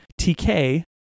TK